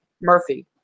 Murphy